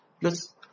plus